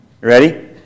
Ready